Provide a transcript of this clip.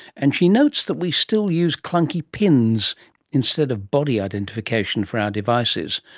and she notes that we still use clunky pins instead of body identification for our devices,